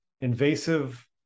invasive